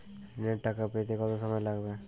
ঋণের টাকা পেতে কত সময় লাগবে?